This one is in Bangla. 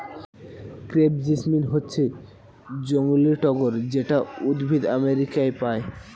ক্রেপ জেসমিন হচ্ছে জংলী টগর যেটা উদ্ভিদ আমেরিকায় পায়